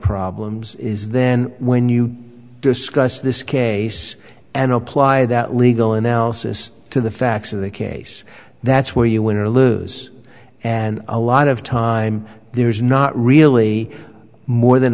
problems is then when you discuss this case and apply that legal analysis to the facts of the case that's where you win or lose and a lot of time there is not really more than